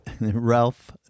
Ralph